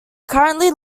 currently